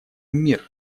мир